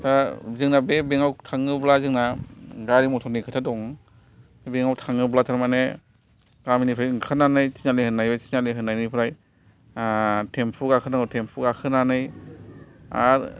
दा जोंना बे बेंकआव थाङोब्ला जोंना गारि मटरनि खोथा दं बेंकआव थाङोब्ला थारमाने गामिनिफ्राय ओंखारनानै तिनालि होननाय बे तिनालि होन्नाय निफ्राय थेमफु गाखोनांगौ थेमफु गाखोनानै आरो